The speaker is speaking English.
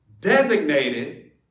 designated